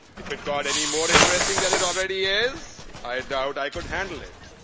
if it got any more interesting than it already is i doubt i could handle it.